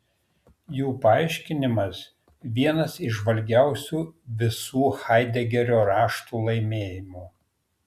jų paaiškinimas vienas įžvalgiausių visų haidegerio raštų laimėjimų